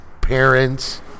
parents